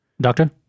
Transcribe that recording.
Doctor